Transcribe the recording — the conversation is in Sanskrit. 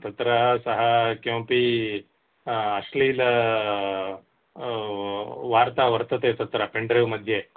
तत्र सः किमपि अश्लीला वार्ता वर्तते तत्र पेण्ड्रैव् मध्ये